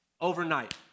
overnight